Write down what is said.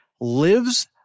lives